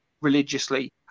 religiously